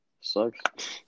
Sucks